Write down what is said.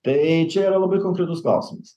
tai čia yra labai konkretus klausimas